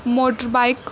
motor bike